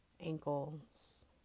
ankles